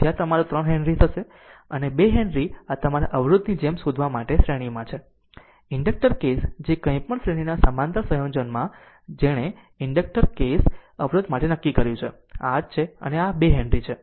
તેથી તે તમારું 3 હેનરી હશે અને પછી 2 હેનરી તમારા અવરોધની જેમ શોધવા માટે શ્રેણીમાં છે ઇન્ડક્ટર કેસ જે કંઇ પણ શ્રેણીના સમાંતર સંયોજનમાં જેણે ઇન્ડક્ટર કેસ અવરોધ માટે કર્યું છે તે આ જ છે અને આ પછી આ 2 હેનરી છે